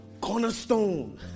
cornerstone